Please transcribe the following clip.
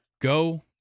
go